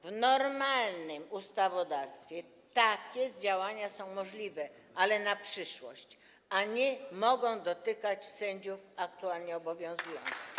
W normalnym ustawodawstwie takie działania są możliwe, ale na przyszłość, a nie mogą dotykać sędziów aktualnie funkcjonujących.